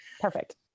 Perfect